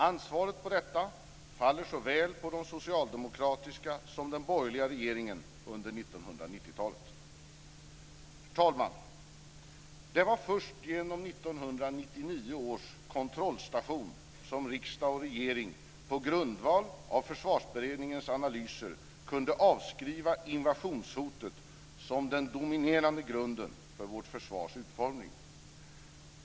Ansvaret för detta faller såväl på de socialdemokratiska regeringarna som på den borgerliga regeringen under Herr talman! Det var först genom 1999 års kontrollstation som riksdag och regering på grundval av Försvarsberedningens analyser kunde avskriva invasionshotet som den dominerande grunden för vårt försvars utformning.